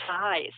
size